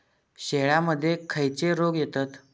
शेळ्यामध्ये खैचे रोग येतत?